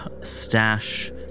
stash